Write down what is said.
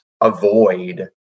avoid